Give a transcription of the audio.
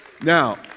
Now